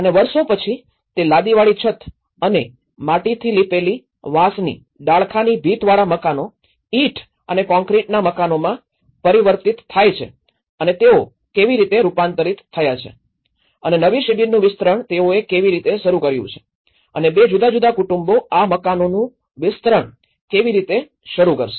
અને વર્ષો પછી તે લાદીવાળી છત અને માટીથી લીપેલી વાંસની ડાળખાંની ભીંતવાળા મકાનો ઇંટ અને કોંક્રિટના મકાનોમાં પરિવર્તિત છે અને તેઓ કેવી રીતે રૂપાંતરિત થયા છે અને નવી શિબિરનું વિસ્તરણ તેઓએ કેવી રીતે શરુ કર્યું છે અને બે જુદા જુદા કુટુંબો આ મકાનોનું વિસ્તરણ કેવી રીતે શરૂ કરશે